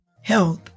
health